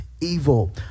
evil